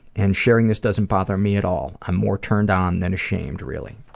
and sharing this doesn't bother me at all i'm more turned on than ashamed, really.